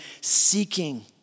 seeking